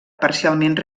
parcialment